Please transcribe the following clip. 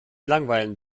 langweilen